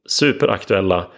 superaktuella